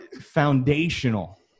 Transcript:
foundational